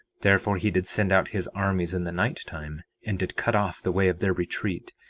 therefore he did send out his armies in the night-time, and did cut off the way of their retreat,